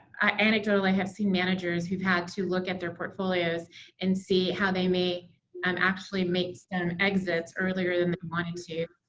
i have seen managers who've had to look at their portfolios and see how they may um actually make some exits earlier than they wanted to,